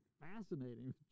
fascinating